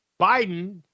biden